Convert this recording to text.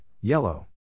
Yellow